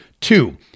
Two